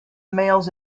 males